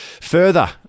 further